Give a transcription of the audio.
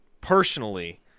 personally